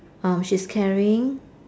oh she's carrying